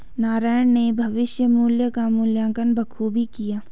नारायण ने भविष्य मुल्य का मूल्यांकन बखूबी किया